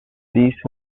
these